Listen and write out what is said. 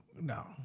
no